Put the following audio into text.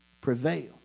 prevail